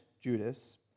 Judas